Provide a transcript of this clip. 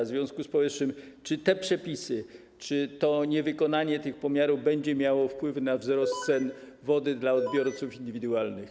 W związku z powyższym czy te przepisy, czy niewykonanie tych pomiarów będzie miało wpływ na wzrost cen wody dla odbiorców indywidualnych?